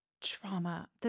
Trauma